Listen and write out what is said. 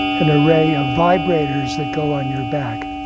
an array of vibrators that go on your back,